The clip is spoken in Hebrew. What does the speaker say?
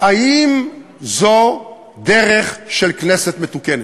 האם זו דרך של כנסת מתוקנת?